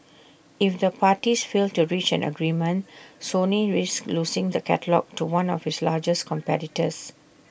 if the parties fail to reach an agreement Sony risks losing the catalogue to one of its largest competitors